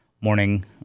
morning